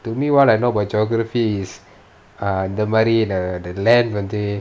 to me what I know about geography is err இந்த மாரி:intha maari the land வந்து:vanthu